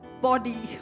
body